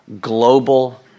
global